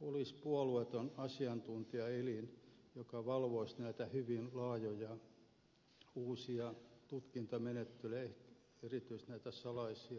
olisi puolueeton asiantuntijaelin joka valvoisi näitä hyvin laajoja uusia tutkintamenettelyjä erityisesti näitä salaisia menettelyjä